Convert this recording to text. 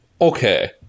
okay